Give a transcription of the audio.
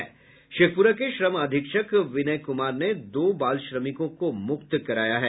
शेखपुरा के श्रम अधीक्षक विनय कुमार ने दो बाल श्रमिकों को मुक्त कराया है